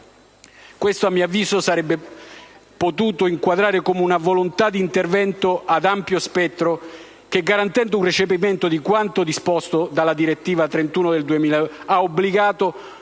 Questa, a mio avviso, si sarebbe potuta inquadrare come una volontà di intervento ad ampio spettro che, garantendo il recepimento di quanto disposto dalla direttiva n. 2010/31/UE, ha